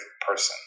person